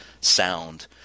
sound